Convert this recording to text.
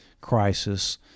crisis